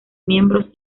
miembros